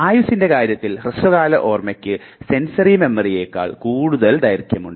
ആയുസ്സിൻറെ കാര്യത്തിൽ ഹ്രസ്വകാല ഓർമ്മക്ക് സെൻസറി മെമ്മറിയെക്കാൾ കൂടുതൽ ദൈർഘ്യമുണ്ട്